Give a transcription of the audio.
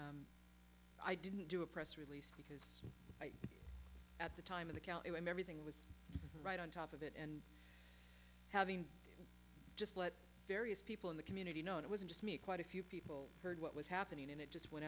that i didn't do a press release because at the time in the county when everything was right on top of it and having just what various people in the community know it wasn't just me quite a few people heard what was happening and it just went